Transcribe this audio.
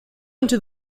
into